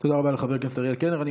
תודה רבה לחבר הכנסת אריאל קלנר.